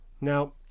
Now